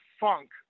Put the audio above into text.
Funk